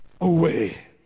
away